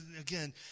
Again